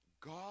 God